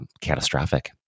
catastrophic